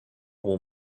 will